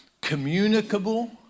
communicable